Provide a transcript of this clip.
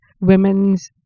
women's